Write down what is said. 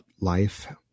Life